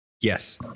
Yes